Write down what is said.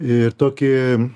ir toki